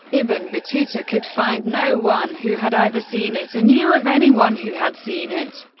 ibn battuta could find no one who had either seen it or knew of anyone who had seen it,